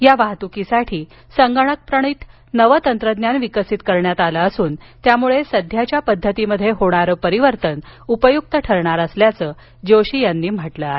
या वाहतुकीसाठी संगणकप्रणीत नवं तंत्रज्ञान विकसित करण्यात आलं असून त्यामुळे सध्याच्या पद्धतीमध्ये होणारं परिवर्तन उपयुक्त ठरणार असल्याचं जोशी यांनी म्हटलं आहे